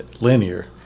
linear